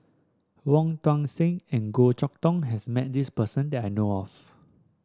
Wong Tuang Seng and Goh Chok Tong has met this person that I know of